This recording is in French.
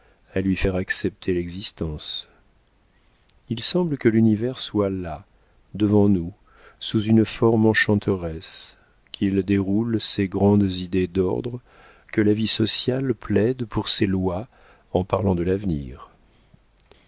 à lui faire accepter l'existence il semble que l'univers soit là devant nous sous une forme enchanteresse qu'il déroule ses grandes idées d'ordre que la vie sociale plaide pour ses lois en parlant de l'avenir